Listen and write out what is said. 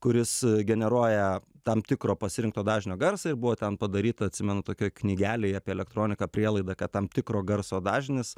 kuris generuoja tam tikro pasirinkto dažnio garsą ir buvo ten padaryta atsimenu tokioj knygelėj apie elektroniką prielaidą kad tam tikro garso dažnis